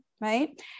right